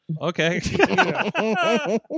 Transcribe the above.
okay